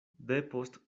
depost